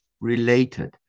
related